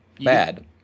bad